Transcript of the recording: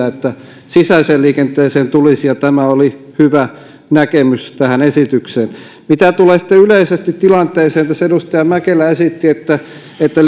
että sitä sisäiseen liikenteeseen tulisi ja tämä oli hyvä näkemys tähän esitykseen mitä tulee sitten yleisesti tilanteeseen tässä edustaja mäkelä esitti että että